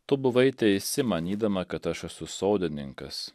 tu buvai teisi manydama kad aš esu sodininkas